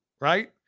Right